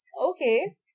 Okay